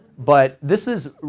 but this is,